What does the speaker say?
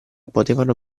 potevano